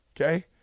Okay